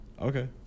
Okay